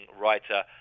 writer